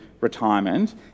retirement